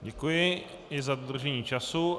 Děkuji i za dodržení času.